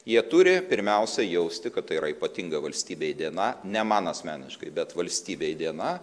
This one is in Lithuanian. jie turi pirmiausia jausti kad tai yra ypatinga valstybei diena ne man asmeniškai bet valstybei diena